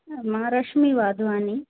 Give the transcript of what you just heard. मां रशमी वाधवाणी